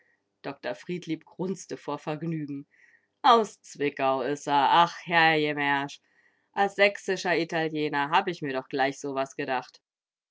dr friedlieb grunzte vor vergnügen aus zwickau is a ach herrjemersch a sächsischer italiener hab mir doch gleich sowas gedacht